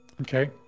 Okay